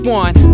one